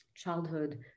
childhood